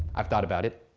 i've thought about it.